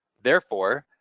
therefore,